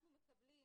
אנחנו מקבלים